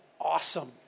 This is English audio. awesome